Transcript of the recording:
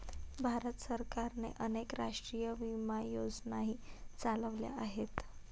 भारत सरकारने अनेक राष्ट्रीय विमा योजनाही चालवल्या आहेत